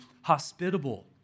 hospitable